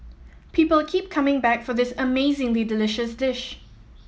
people keep coming back for this amazingly delicious dish